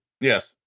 Yes